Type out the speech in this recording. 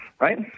right